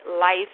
life